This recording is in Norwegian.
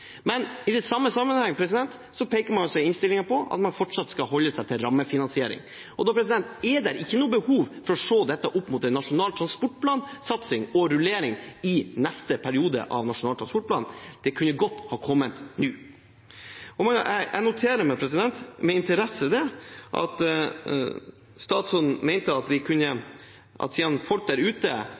Men i samme sammenheng peker man i innstillingen på at man fortsatt skal holde seg til rammefinansiering. Da er det ikke behov for å se dette opp mot en Nasjonal transportplan-satsing og rullering i neste periode av Nasjonal transportplan. Det kunne godt ha kommet nå. Jeg noterer meg med interesse at statsråden mente at man, siden folk der ute